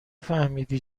فهمیدی